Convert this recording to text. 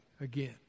again